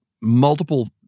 multiple